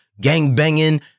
gang-banging